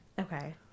Okay